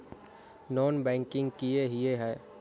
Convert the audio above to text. Non banking किए हिये है?